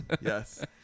Yes